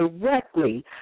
directly